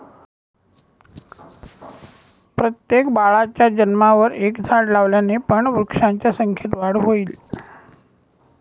प्रत्येक बाळाच्या जन्मावर एक झाड लावल्याने पण वृक्षांच्या संख्येत वाढ होईल